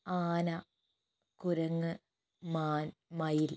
ആന കുരങ്ങ് മാൻ മയിൽ